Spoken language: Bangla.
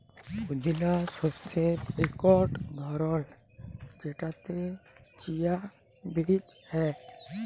পুদিলা শস্যের ইকট ধরল যেটতে চিয়া বীজ হ্যয়